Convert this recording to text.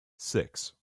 six